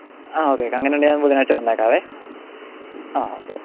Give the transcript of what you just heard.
ആ okay okay അങ്ങനെ ഉണ്ടേൽ ഞാൻ ബുധനാഴ്ച്ച വന്നേക്കാം ആ ഓക്കെ